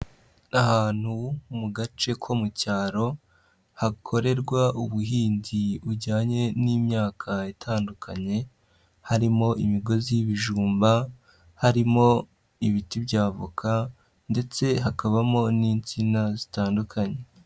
Naahantu ho mu gace ko mu cyaro, hakorerwa ubuhinzi bujyanye n'imyaka itandukanye, harimo imigozi y'ibijumba, harimo ibiti bya avoka, ndetse hakabamo n'insina zitandukanye.